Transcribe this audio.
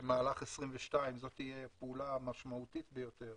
במהלך 22' זאת תהיה הפעולה המשמעותית ביותר